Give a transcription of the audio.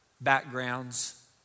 backgrounds